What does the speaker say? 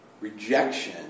rejection